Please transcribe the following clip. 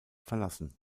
verlassen